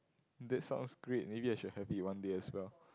that's sound great maybe I should have it one day as well